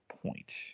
point